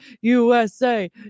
USA